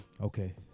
Okay